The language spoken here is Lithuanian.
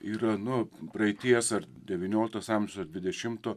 yra nuo praeities ar devynioliktas amžius ar dvidešimto